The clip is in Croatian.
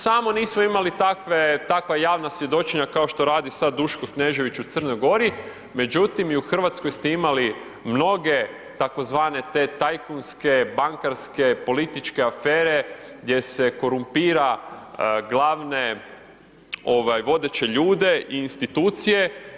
Samo nismo imali takva javna svjedočenja kao što radi sad Duško Knežević u Crnoj Gori, međutim i u Hrvatskoj ste imali mnoge tzv. te tajkunske, bankarske, političke afere gdje se korumpira glavne vodeće ljude i institucije.